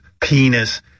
penis